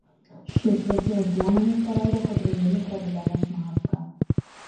šie čekijos duomenys parodo pagrindinį problemos mazgą